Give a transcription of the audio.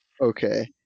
Okay